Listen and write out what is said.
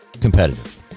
competitive